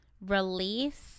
Release